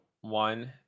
one